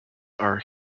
are